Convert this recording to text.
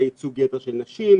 היה ייצוג יתר של נשים,